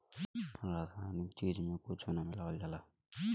रासायनिक चीज में कुच्छो ना मिलावल जाला